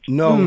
no